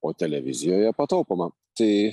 o televizijoje pataupoma tai